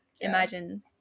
imagine